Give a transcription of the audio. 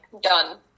done